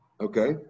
Okay